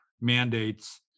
mandates